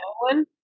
one